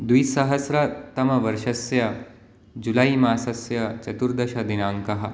द्विसहस्रतमवर्षस्य जुलै मासस्य चतुर्दशदिनाङ्कः